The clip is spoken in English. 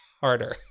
harder